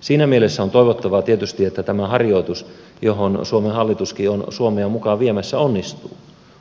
siinä mielessä on toivottavaa tietysti että tämä harjoitus johon suomen hallitus jonka suomi on muka viemässä onnistuu